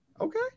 Okay